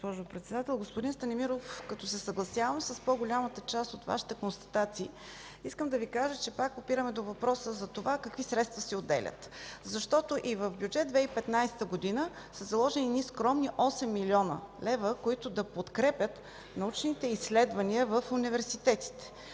Господин Станимиров, като се съгласявам с по-голямата част от Вашите констатации, искам да Ви кажа, че пак опираме до въпроса за това какви средства се отделят, защото и в Бюджет 2015 са заложени едни скромни 8 млн. лв., които да подкрепят научните изследвания в университетите.